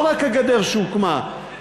לא רק הגדר שהוקמה,